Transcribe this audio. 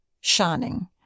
shining